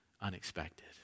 unexpected